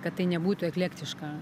kad tai nebūtų eklektiška